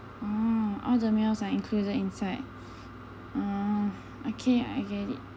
oh all the meals are included inside oh okay I get it